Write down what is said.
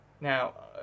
Now